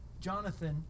Jonathan